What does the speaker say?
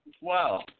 Wow